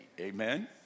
Amen